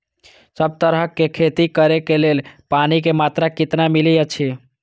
सब तरहक के खेती करे के लेल पानी के मात्रा कितना मिली अछि?